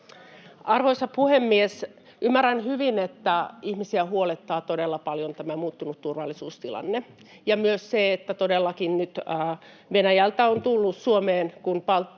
Arvoisa puhemies! Ymmärrän hyvin, että ihmisiä huolettaa todella paljon tämä muuttunut turvallisuustilanne ja myös se, että todellakin nyt Venäjältä on tullut Suomeen, kun Baltian